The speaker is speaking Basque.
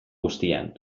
guztian